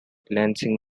lansing